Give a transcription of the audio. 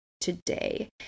today